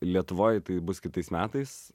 lietuvoj tai bus kitais metais